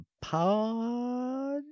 pod